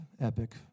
epic